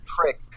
trick